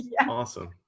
Awesome